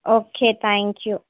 okay thank you